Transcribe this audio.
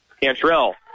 Cantrell